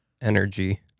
Energy